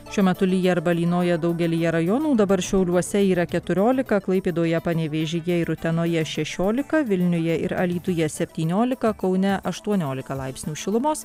šiuo metu lyja arba lynoja daugelyje rajonų dabar šiauliuose yra keturiolika klaipėdoje panevėžyje ir utenoje šešiolika vilniuje ir alytuje septyniolika kaune aštuoniolika laipsnių šilumos